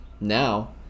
Now